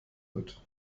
wird